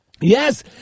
Yes